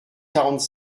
quarante